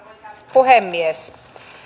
puhemies